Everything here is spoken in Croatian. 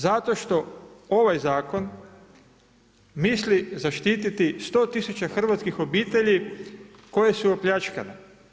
Zato što ovaj zakon misli zaštititi 100 tisuća hrvatskih obitelji koje su opljačkane.